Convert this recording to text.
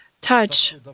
touch